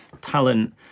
talent